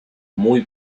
muy